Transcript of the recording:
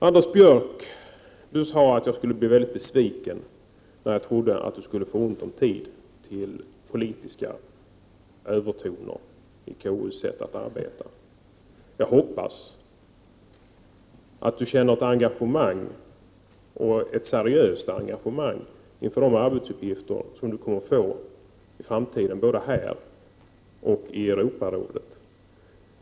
Anders Björck sade att jag skulle bli väldigt besviken, eftersom jag trodde att han i och med utnämningen till ordförande i Europarådet skulle få ont om tid till sitt arbete i konstitutionsutskottet och de politiska övertoner han lägger in i det arbetet. Jag hoppas att Anders Björck känner ett seriöst engagemang inför de arbetsuppgifter han kommer att få i framtiden, både här i riksdagen och i Europarådet.